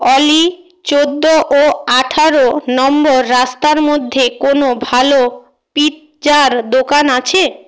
অলি চোদ্দ ও আঠারো নম্বর রাস্তার মধ্যে কোনও ভালো পিৎজার দোকান আছে